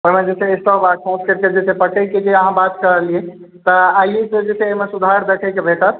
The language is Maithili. ओहिमे जे स्टोव आ जे छै से अहाँ बात कहलियै तऽ आइए से जे छै से एहिमे सुधर देखैके भेटत